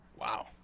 wow